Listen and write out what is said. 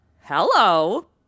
hello